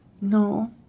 No